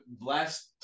last